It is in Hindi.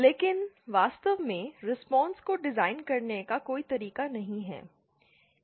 लेकिन वास्तव में रिस्पांस को डिजाइन करने का कोई तरीका नहीं है